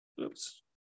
Oops